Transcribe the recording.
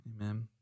Amen